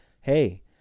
hey